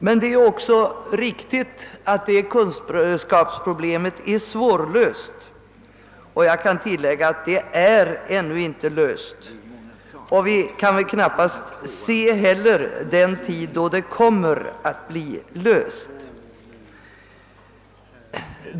Men det är också riktigt att kunskapsproblemet är svårlöst, och jag kan tillägga att det ännu inte är löst och att vi väl nu knappast heller kan se den tid då det kommer att bli löst.